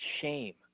shame